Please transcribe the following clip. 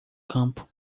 campo